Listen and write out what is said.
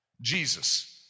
Jesus